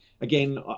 again